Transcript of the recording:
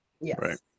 Yes